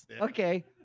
Okay